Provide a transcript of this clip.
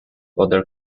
other